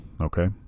okay